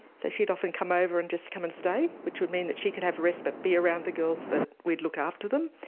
so she'd often come over and just come and stay which would mean that she could have a rest but be around the girls but we'd look after them.